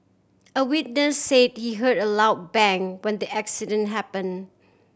a witness say she heard a loud bang when the accident happen